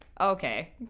okay